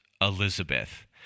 Elizabeth